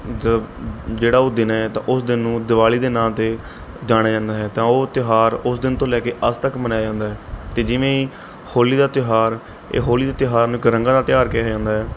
ਦਾ ਜਿਹੜਾ ਉਹ ਦਿਨ ਹੈ ਤਾਂ ਉਸ ਦਿਨ ਨੂੰ ਦੀਵਾਲੀ ਦੇ ਨਾਂ 'ਤੇ ਜਾਣਿਆ ਜਾਂਦਾ ਹੈ ਤਾਂ ਉਹ ਤਿਉਹਾਰ ਉਸ ਦਿਨ ਤੋਂ ਲੈ ਕੇ ਅੱਜ ਤੱਕ ਮਨਾਇਆ ਜਾਂਦਾ ਹੈ ਅਤੇ ਜਿਵੇਂ ਹੋਲੀ ਦਾ ਤਿਉਹਾਰ ਇਹ ਹੋਲੀ ਦੇ ਤਿਉਹਾਰ ਨੂੰ ਇੱਕ ਰੰਗਾਂ ਦਾ ਤਿਉਹਾਰ ਕਿਹਾ ਜਾਂਦਾ ਹੈ